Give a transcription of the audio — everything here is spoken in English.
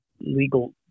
legal